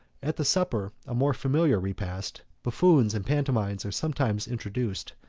at the supper, a more familiar repast, buffoons and pantomimes are sometimes introduced,